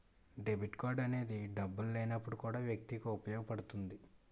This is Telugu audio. డెబిట్ కార్డ్ అనేది డబ్బులు లేనప్పుడు కూడా వ్యక్తికి ఉపయోగపడుతుంది